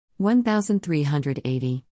1380